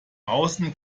außen